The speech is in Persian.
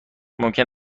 ممکن